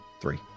three